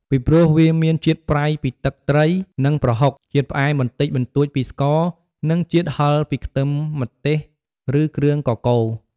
ពីព្រោះវាមានជាតិប្រៃពីទឹកត្រី និងប្រហុក ជាតិផ្អែមបន្តិចបន្តួចពីស្ករ និងជាតិហឹរពីខ្ទឹម ម្ទេស ឬគ្រឿងកកូរ។